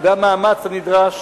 והמאמץ הנדרש